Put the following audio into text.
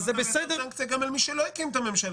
אז יש סנקציה גם על מי שלא הקים את הממשלה.